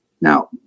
Now